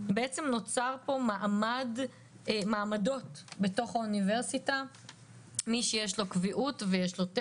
בעצם נוצרו מעמדות בתוך האוניברסיטה בין מי שיש לו קביעות